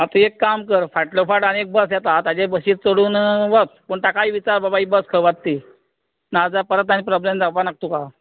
आतां एक काम कर फाटलो फावट आनी एक बस येता ताजेर बसीक चडून वच पूण ताकाय विचार बाबा ही बस खंय वता ती नाजाल्यार परत आनी प्रोब्लम जावपाक नाका तुका